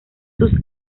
sus